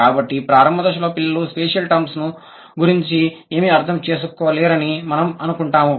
కాబట్టి ప్రారంభ దశలో పిల్లలు స్పేషియల్ టర్మ్స్ గురించి ఏమీ అర్థం చేసుకోలేరని మనము అనుకుంటాము